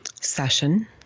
session